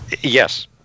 Yes